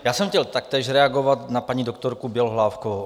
Já jsem chtěl taktéž reagovat na paní doktorku Bělohlávkovou.